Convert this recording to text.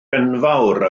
enfawr